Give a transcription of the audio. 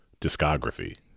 discography